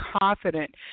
confident